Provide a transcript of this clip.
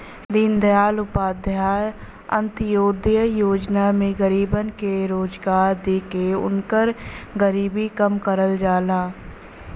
दीनदयाल उपाध्याय अंत्योदय योजना में गरीबन के रोजगार देके उनकर गरीबी कम करल जाला